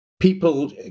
People